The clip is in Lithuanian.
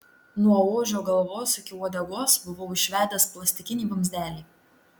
nuo ožio galvos iki uodegos buvau išvedęs plastikinį vamzdelį